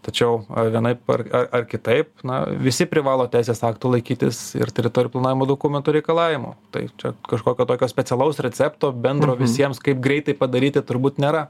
tačiau vienaip ar ar kitaip na visi privalo teisės aktų laikytis ir teritorijų planavimo dokumentų reikalavimų tai čia kažkokio tokio specialaus recepto bendro visiems kaip greitai padaryti turbūt nėra